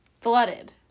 flooded